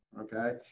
okay